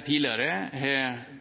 et flertall for